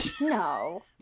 no